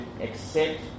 accept